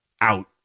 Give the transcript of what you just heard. out